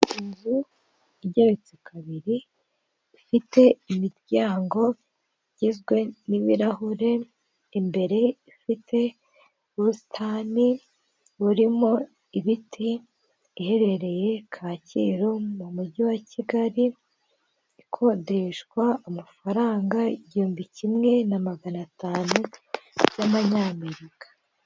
Inzu igeretse kabiri ifite imiryango igizwe n'ibirahure, imbere ifite ubusitani burimo ibiti, iherereye Kacyiru mu mujyi wa Kigali, ikodeshwa amafaranga igihumbi kimwe na magana atanu ya manyamerika.